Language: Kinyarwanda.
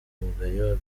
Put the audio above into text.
umugayo